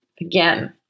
again